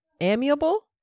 amiable